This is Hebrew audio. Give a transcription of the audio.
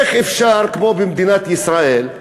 איך אפשר במדינה כמו במדינת ישראל,